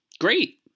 great